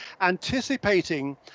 anticipating